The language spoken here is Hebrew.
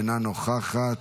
אינה נוכחת,